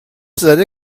زده